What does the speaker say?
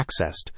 accessed